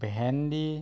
ভেন্দি